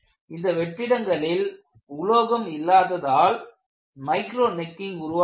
இந்த வெற்றிடங்களில் உலோகம் இல்லாததால் மைக்ரோ நெக்கிங் உருவாகிறது